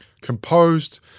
composed